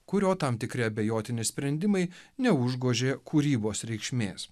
kurio tam tikri abejotini sprendimai neužgožė kūrybos reikšmės